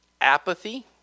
apathy